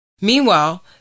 Meanwhile